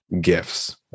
gifts